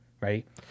Right